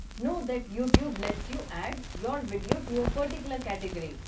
know that youtube lets you add your video to a particular category,